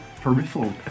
Peripheral